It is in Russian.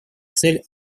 цель